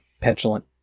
petulant